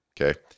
Okay